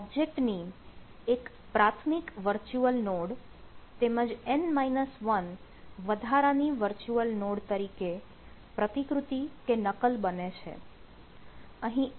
આ ઓબ્જેક્ટ ની એક પ્રાથમિક વર્ચ્યુઅલ નોડ નોડ તરીકે પ્રતિકૃતિ કે નકલ બને છે